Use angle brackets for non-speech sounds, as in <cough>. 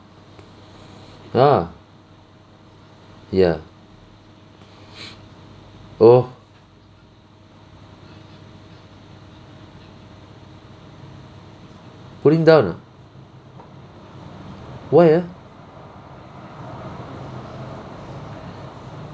ah ya <breath> oh putting down ah why ah